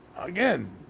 again